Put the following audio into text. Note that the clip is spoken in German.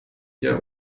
der